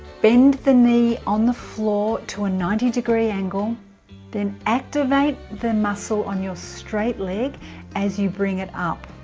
bend the knee on the floor to a ninety degree angle then activate the muscle on your straight leg as you bring it up